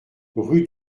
rue